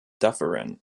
dufferin